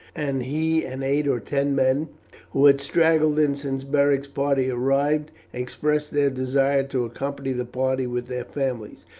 and he and eight or ten men who had straggled in since beric's party arrived, expressed their desire to accompany the party with their families.